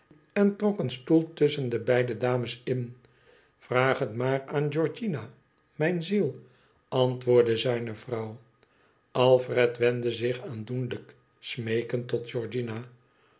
en trok een stoel tusschen de beide dames in vraag het maar aan georgiana mijn ziel antwoordde zijne vrouw alfred wendde zich aandoenlijk smeekend tot